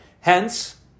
Hence